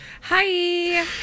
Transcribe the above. Hi